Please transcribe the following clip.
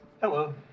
Hello